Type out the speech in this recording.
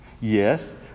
Yes